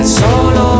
solo